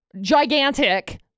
gigantic